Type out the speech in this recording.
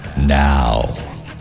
now